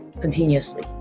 continuously